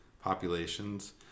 populations